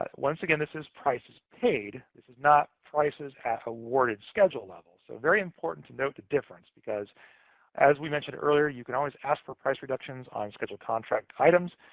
ah once again, this is prices paid. this is not prices at awarded schedule levels. so very important to note the difference, because as we mentioned earlier, you can always ask for price reductions on scheduled contract items.